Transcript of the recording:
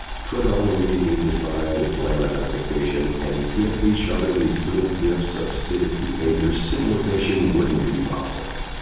put our own immediate needs aside, and delay our gratification, and give each other these little gifts of civic behavior, civilization wouldn't be possible.